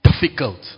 difficult